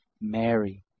Mary